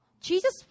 Jesus